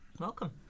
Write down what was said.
Welcome